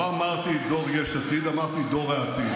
לא אמרתי "דור יש עתיד", אמרתי "דור העתיד".